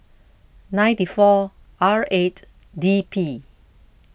ninety four R eight D P